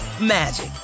magic